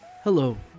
Hello